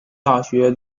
大学